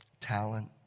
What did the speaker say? talent